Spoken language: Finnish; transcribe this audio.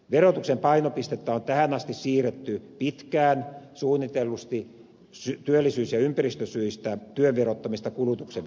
verotuksen painopistettä on tähän asti siirretty pitkään suunnitellusti työllisyys ja ympäristösyistä työn verottamisesta kulutuksen verottamiseen